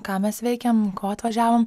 ką mes veikiam ko atvažiavom